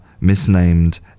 misnamed